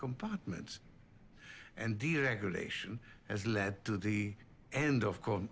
compartments and deregulation has led to the end of c